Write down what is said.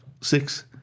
six